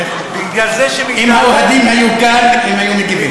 אם האוהדים היו כאן, הם היו מגיבים.